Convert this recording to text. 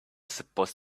supposed